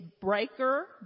Breaker